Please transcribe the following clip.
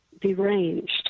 deranged